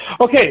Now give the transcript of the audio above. Okay